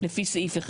לפי סעיף (1).